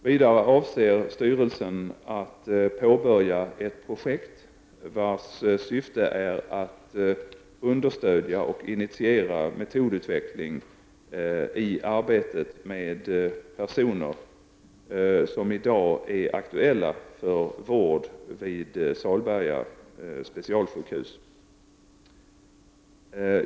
Vidare avser styrelsen att påbörja ett projekt vars syfte är att understödja och initiera metodutveckling i arbetet med personer som i dag är aktuella för vård vid Salberga specialsjukhus.